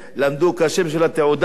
למדו קשה בשביל התעודה.